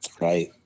Right